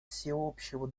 всеобщего